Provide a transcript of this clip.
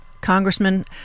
Congressman